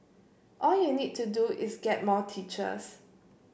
all you need to do is get more teachers